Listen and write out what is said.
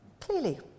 Clearly